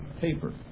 paper